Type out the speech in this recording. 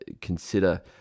Consider